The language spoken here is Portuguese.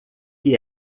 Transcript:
que